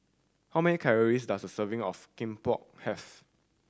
how many calories does a serving of Kimbap have